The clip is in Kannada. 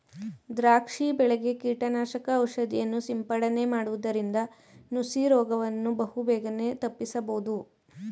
ದ್ರಾಕ್ಷಿ ಬೆಳೆಗೆ ಕೀಟನಾಶಕ ಔಷಧಿಯನ್ನು ಸಿಂಪಡನೆ ಮಾಡುವುದರಿಂದ ನುಸಿ ರೋಗವನ್ನು ಬಹುಬೇಗನೆ ತಪ್ಪಿಸಬೋದು